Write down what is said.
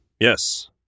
Yes